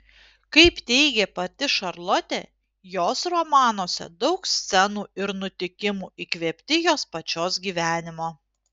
kaip teigė pati šarlotė jos romanuose daug scenų ir nutikimų įkvėpti jos pačios gyvenimo